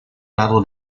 lado